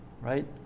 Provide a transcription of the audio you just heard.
right